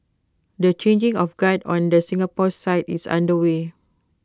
the changing of guard on the Singapore side is underway